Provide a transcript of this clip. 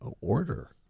order